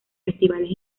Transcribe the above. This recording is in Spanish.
festivales